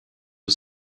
you